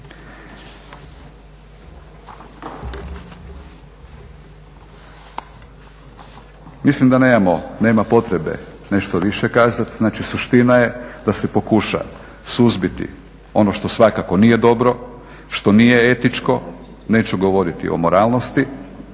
Mislim da nemamo, nema potrebe nešto više kazati. Znači suština je da se pokuša suzbiti ono što svakako nije dobro, što nije etičko, neću govoriti o moralnosti